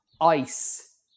ICE